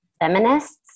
feminists